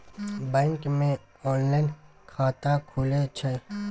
Bank मे online खाता खुले छै?